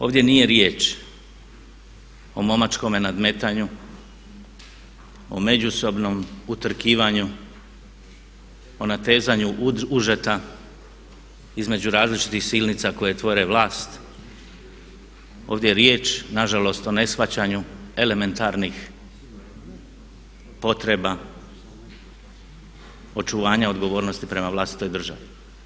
Ovdje nije riječ o momačkome nadmetanju, o međusobnom utrkivanju, o natezanju užeta između različitih silnica koje tvore vlast, ovdje je riječ nažalost o neshvaćanju elementarnih potreba očuvanja odgovornosti prema vlastitoj državi.